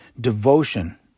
devotion